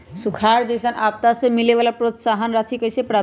सुखार जैसन आपदा से मिले वाला प्रोत्साहन राशि कईसे प्राप्त करी?